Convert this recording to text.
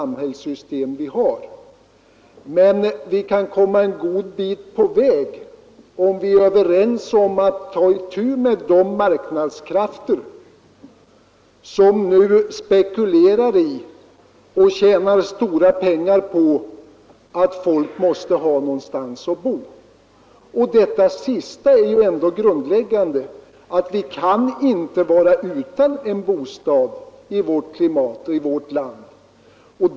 Men vi kan komma en god bit på väg, ifall vi är överens om att ta itu med de krafter som nu spekulerar i och tjänar stora pengar på att folk måste ha någonstans att bo. Och detta sista är ju ändå grundläggande: Vi kan inte vara utan en bostad i vårt klimat.